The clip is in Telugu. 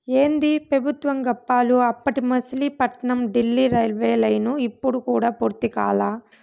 ఏందీ పెబుత్వం గప్పాలు, అప్పటి మసిలీపట్నం డీల్లీ రైల్వేలైను ఇప్పుడు కూడా పూర్తి కాలా